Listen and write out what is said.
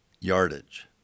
yardage